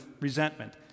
resentment